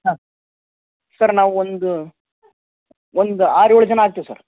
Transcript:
ಹಾಂ ಸರ್ ನಾವು ಒಂದು ಒಂದು ಆರು ಏಳು ಜನ ಆಗ್ತಿವಿ ಸರ್